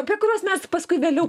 apie kuriuos mes paskui vėliau